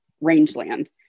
rangeland